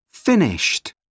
finished